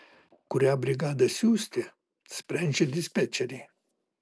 kurią brigadą siųsti sprendžia dispečeriai